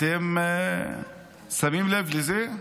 אתם שמים לב לזה?